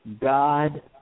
God